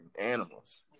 animals